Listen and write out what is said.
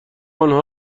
آنها